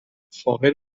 فاقد